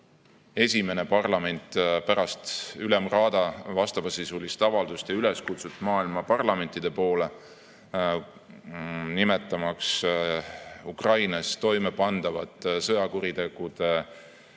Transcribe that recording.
esimene parlament pärast Ülemraada vastavasisulist avaldust ja üleskutset maailma parlamentide poole, nimetamaks Ukrainas toime pandavat sõjakuritegude